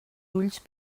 ulls